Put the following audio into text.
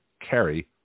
carry